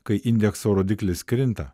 kai indekso rodiklis krinta